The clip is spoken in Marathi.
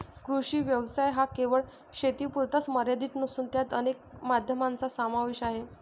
कृषी व्यवसाय हा केवळ शेतीपुरता मर्यादित नसून त्यात अनेक माध्यमांचा समावेश आहे